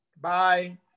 Bye